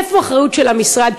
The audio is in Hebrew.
איפה האחריות של המשרד?